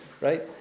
Right